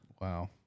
Wow